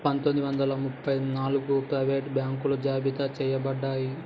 పందొమ్మిది వందల ముప్ప నాలుగగు ప్రైవేట్ బాంకులు జాబితా చెయ్యబడ్డాయి